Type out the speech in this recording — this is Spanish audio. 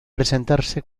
presentarse